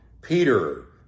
Peter